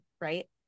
right